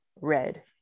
red